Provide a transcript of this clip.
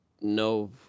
no